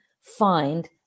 find